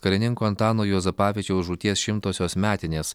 karininko antano juozapavičiaus žūties šimtosios metinės